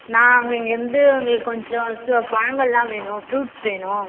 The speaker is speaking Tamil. நான் அங்கேங்கேருந்து எங்களுக்கு கொஞ்சம் பழங்கள்லாம் வேணும் ஃப்ரூட்ஸ் வேணும்